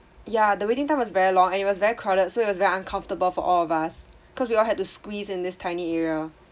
ya the waiting time was very long and it was very crowded so it was very uncomfortable for all of us cause we all had to squeeze in this tiny area